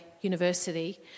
University